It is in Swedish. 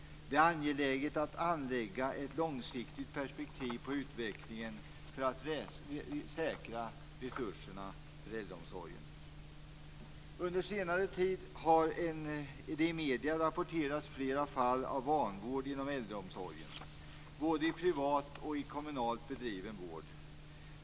Det är angeläget att anlägga ett långsiktigt perspektiv på utvecklingen för att säkra resurserna för äldreomsorgen. Under senare tid har det i medierna rapporterats flera fall av vanvård inom äldreomsorgen, i både privat och kommunalt bedriven vård.